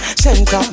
center